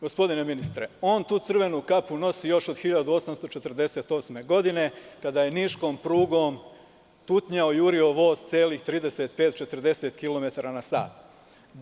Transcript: Gospodine ministre, on tu crvenu kapu nosi još od 1848. godine, kada je Niškom prugom tutnjao, jurio voz celih 35-40 km na sat.